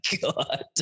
God